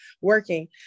working